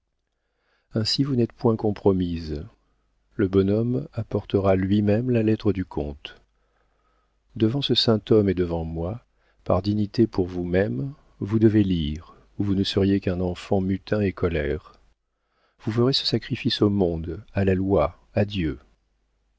ainsi vous n'êtes point compromise le bonhomme apportera lui-même la lettre du comte devant ce saint homme et devant moi par dignité pour vous-même vous devez lire ou vous ne seriez qu'un enfant mutin et colère vous ferez ce sacrifice au monde à la loi à dieu